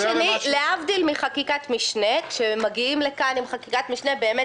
להבדיל מחקיקת משנה כשמגיעים לכאן עם חקיקת משנה באמת